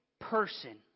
person